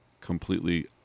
completely